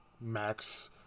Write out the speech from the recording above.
Max